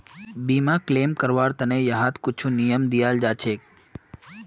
बीमाक क्लेम करवार त न यहात कुछु नियम दियाल जा छेक